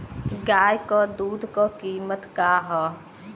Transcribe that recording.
गाय क दूध क कीमत का हैं?